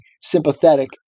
sympathetic